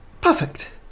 Perfect